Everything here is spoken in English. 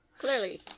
Clearly